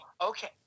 okay